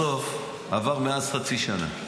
-- בסוף עברה מאז חצי שנה.